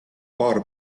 paar